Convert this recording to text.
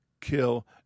kill